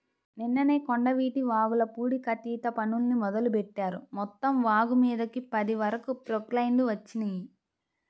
నిన్ననే కొండవీటి వాగుల పూడికతీత పనుల్ని మొదలుబెట్టారు, మొత్తం వాగుమీదకి పది వరకు ప్రొక్లైన్లు వచ్చినియ్యి